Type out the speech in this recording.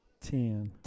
Ten